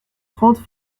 trente